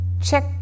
Check